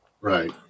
Right